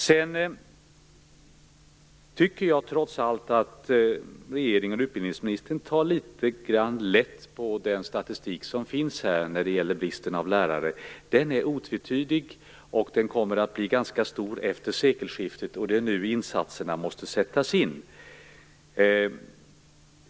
Jag tycker trots allt att utbildningsministern tar litet grand lätt på den statistik som finns över bristen på lärare. Denna är otvetydig, och den kommer att bli ganska stor efter sekelskiftet. Det är nu som insatserna måste göras.